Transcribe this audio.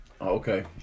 Okay